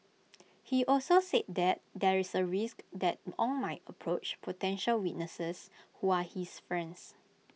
he also said that there is A risk that Ong might approach potential witnesses who are his friends